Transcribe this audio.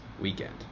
weekend